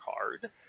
card